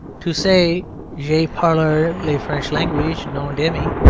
to say, je parler le frenche language, non demi,